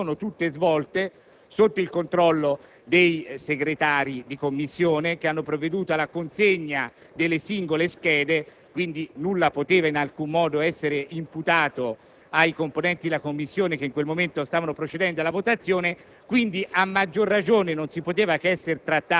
Vorrei segnalarle, signor Presidente, che le votazioni si sono tutte svolte sotto il controllo dei segretari di Commissione, che hanno provveduto alla consegna delle singole schede; quindi nulla può in alcun modo essere imputato ai componenti della Commissione che in quel momento stavano procedendo alla votazione.